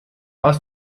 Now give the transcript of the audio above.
aus